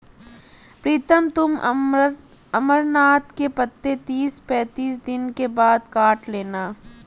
प्रीतम तुम अमरनाथ के पत्ते तीस पैंतीस दिन के बाद काट लेना